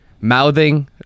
mouthing